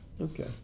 Okay